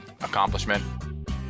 Accomplishment